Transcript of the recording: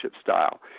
style